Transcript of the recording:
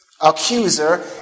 accuser